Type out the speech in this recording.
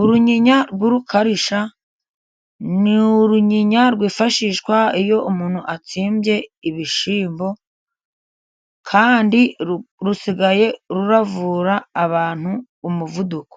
Urunyinya rw'urukarishya， ni urunyinya rwifashishwa iyo umuntu atsembye ibishyimbo， kandi rusigaye ruravura abantu umuvuduko.